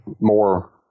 more